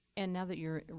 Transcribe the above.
and now that you're